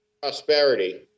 prosperity